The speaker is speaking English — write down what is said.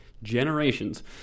Generations